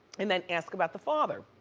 and then ask about the father.